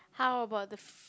how about the f~